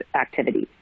activities